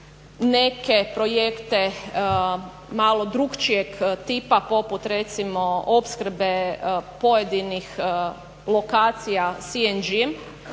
neke projekte malo drukčijeg tipa poput recimo opskrbe pojedinih lokacija …,